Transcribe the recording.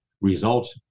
result